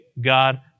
God